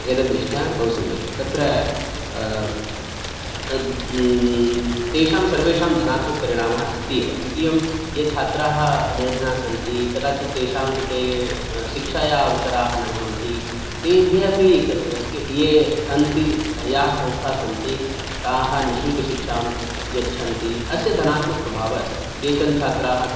एतद् दृष्ट्या बहुसम्यक् एव तत्र तेषां सर्वेषां धनात्मकपरिणामः अस्ति एव द्वितीयं ये छात्राः निर्धनाः सन्ति कदाचित् तेषां कृते शिक्षायाः अवसराः न भवन्ति तेभ्यः अपि ये सन्ति याः संस्थाः सन्ति ताः निश्शुल्कं शिक्षां यच्छन्ति अस्य धनात्मकप्रभावः अस्ति केचन छात्राः